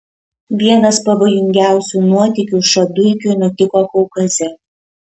vienas pavojingiausių nuotykių šaduikiui nutiko kaukaze